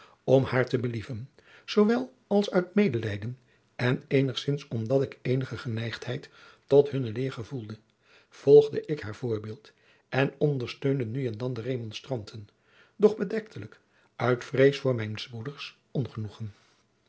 om haar te believen zoowel als uit medelijden en geenszins omdat ik eenige geneigdheid tot hunne leer gevoelde volgde ik haar voorbeeld en ondersteunde nu en dan de remonjacob van lennep de pleegzoon stranten doch bedektelijk uit vrees voor mijns broeders ongenoegen